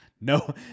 No